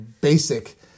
basic